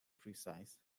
precise